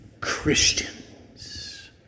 Christians